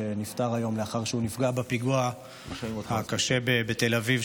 שנפטר היום לאחר שנפגע בפיגוע הקשה בתל אביב,